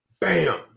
bam